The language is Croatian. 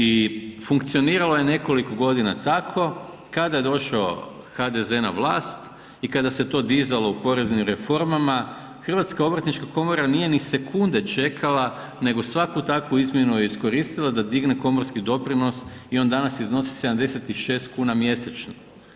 I funkcioniralo je nekoliko godina tako, kada je došao HDZ na vlast i kada se to dizalo u poreznim reformama, HOK nije ni sekunde čekala nego svaku takvu izmjenu je iskoristila da digne komorski doprinos i on danas iznosi 76 kuna mjesečno.